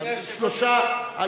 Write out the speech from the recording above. אדוני היושב-ראש, לא,